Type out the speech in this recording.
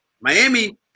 Miami